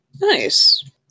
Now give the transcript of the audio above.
Nice